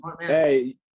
hey